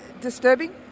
Disturbing